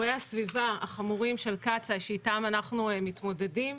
שאיתם אנחנו מתמודדים.